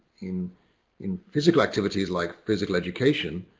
in in physical activities like physical education,